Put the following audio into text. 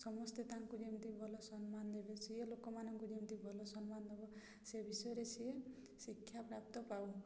ସମସ୍ତେ ତାଙ୍କୁ ଯେମିତି ଭଲ ସମ୍ମାନ ଦେବେ ସିଏ ଲୋକମାନଙ୍କୁ ଯେମିତି ଭଲ ସମ୍ମାନ ଦବ ସେ ବିଷୟରେ ସିଏ ଶିକ୍ଷାପ୍ରାପ୍ତ ପାଉ